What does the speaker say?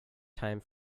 time